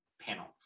panel